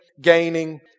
Gaining